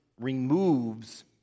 removes